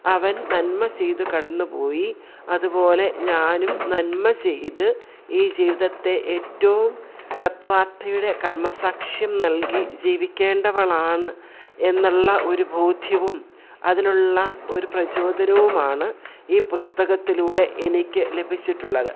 അവൻ നന്മ ചെയ്തു കടന്നുപോയി അതുപോലെ ഞാനും നന്മ ചെയ്ത് ഈ ജീവിതത്തെ ഏറ്റവും സബ്മർത്ഥതയുടെ കർമ്മ സാക്ഷ്യം നൽകി ജീവിക്കേണ്ടവളാണ് എന്നുള്ള ഒരു ബോധ്യവും അതിനുള്ള ഒരു പ്രചോദനവുമാണ് ഈ പുസ്തകത്തിലൂടെ എനിക്ക് ലഭിച്ചിട്ടുള്ളത്